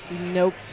nope